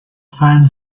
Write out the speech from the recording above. fan